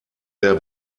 der